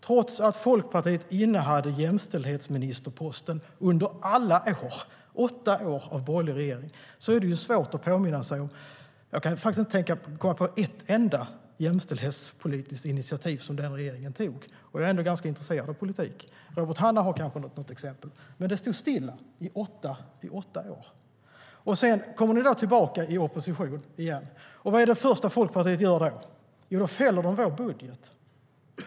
Trots att Folkpartiet innehade jämställdhetsministerposten under alla åtta år av borgerlig regering kan jag inte komma på ett enda jämställdhetspolitiskt initiativ som den regeringen tog, och jag är ändå ganska intresserad av politik. Robert Hannah har kanske något exempel. Det stod stilla i åtta år. Nu kommer ni tillbaka i opposition igen. Vad är det första Folkpartiet gör då? Jo, då fäller ni vår budget.